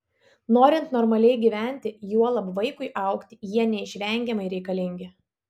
norint normaliai gyventi juolab vaikui augti jie neišvengiamai reikalingi